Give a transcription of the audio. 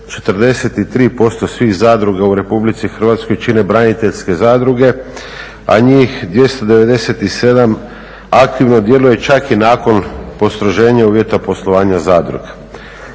43% svih zadruga u RH čine braniteljske zadruge, a njih 297 aktivno djeluje čak i nakon postroženja uvjeta poslovanja zadruga.